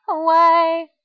away